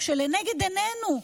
כשלנגד עינינו,